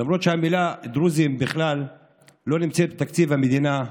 למרות שהמילה "דרוזים" בכלל לא נמצאת בתקציב המדינה,